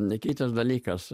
kitas dalykas